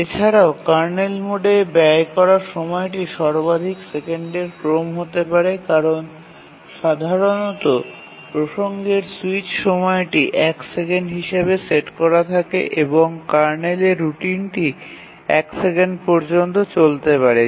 এছাড়াও কার্নেল মোডে ব্যয় করা সময়টি সর্বাধিক সেকেন্ডের ক্রম হতে পারে কারণ সাধারণত প্রসঙ্গের সুইচ সময়টি এক সেকেন্ড হিসাবে সেট করা থাকে এবং কার্নেলের রুটিনটি এক সেকেন্ড পর্যন্ত চলতে পারে